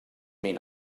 mean